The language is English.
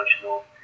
emotional